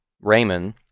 Raymond